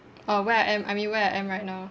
uh where am I I mean where I am right now